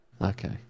okay